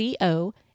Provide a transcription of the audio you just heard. Co